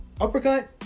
uppercut